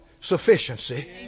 sufficiency